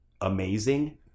amazing